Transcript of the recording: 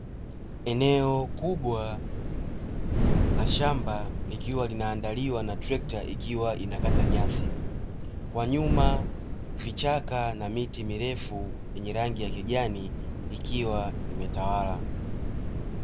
Eneo kubwa la shamba likiwa linaandaliwa na trekta ikiwa inakata nyasi, kwa nyuma vichaka na miti mirefu yenye rangi ya kijani ikiwa imetawala.